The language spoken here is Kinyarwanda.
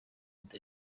dar